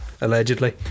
Allegedly